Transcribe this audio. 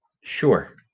Sure